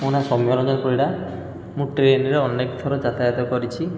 ମୋ ନାଁ ସୌମ୍ୟରଞ୍ଜନ ପରିଡ଼ା ମୁଁ ଟ୍ରେନ୍ରେ ଅନେକଥର ଯାତାୟାତ କରିଛି